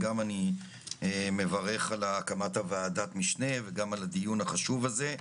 אני מברך על הקמת ועדת המשנה וגם על הדיון החשוב הזה.